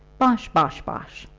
bosh! bosh! bosh!